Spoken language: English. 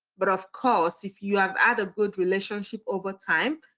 but of course, if you have had a good relationship over time,